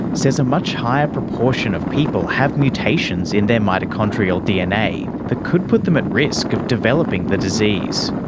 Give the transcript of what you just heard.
says a much higher proportion of people have mutations in their mitochondrial dna that could put them at risk of developing the disease.